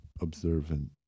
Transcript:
observant